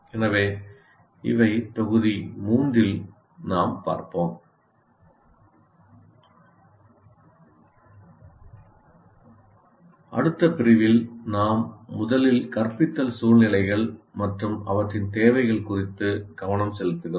எனவே இவை தொகுதி 3 இல் நாம் பார்ப்போம் அடுத்த பிரிவில் நாம் முதலில் கற்பித்தல் சூழ்நிலைகள் மற்றும் அவற்றின் தேவைகள் குறித்து கவனம் செலுத்துகிறோம்